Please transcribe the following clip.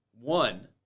One